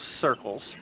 circles